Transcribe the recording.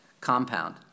compound